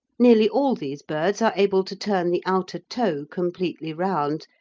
nearly all these birds are able to turn the outer toe completely round,